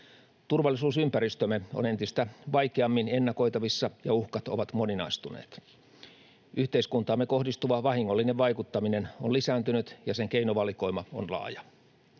Turvallisuusympäristömme on entistä vaikeammin ennakoitavissa, ja uhkat ovat moninaistuneet. Yhteiskuntaamme kohdistuva vahingollinen vaikuttaminen on lisääntynyt, ja sen keinovalikoima on laaja.